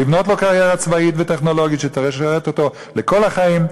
לבנות לו קריירה צבאית וטכנולוגית שתשרת אותו לכל החיים,